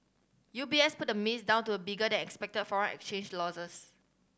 U B S put the miss down to bigger than expected foreign exchange losses